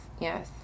Yes